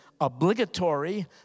obligatory